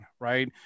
right